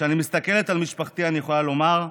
כשאני מסתכלת על משפחתי אני יכולה לומר: